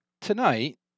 tonight